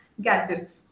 gadgets